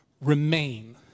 remain